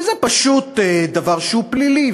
וזה פשוט דבר שהוא פלילי,